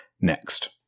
next